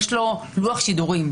יש לו לוח שידורים,